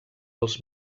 els